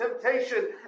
temptation